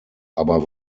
aber